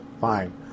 fine